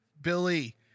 Billy